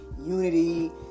unity